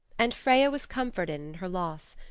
and freya was comforted in her loss.